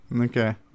Okay